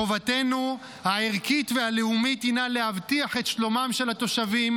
חובתנו הערכית והלאומית הינה להבטיח את שלומם של התושבים,